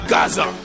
Gaza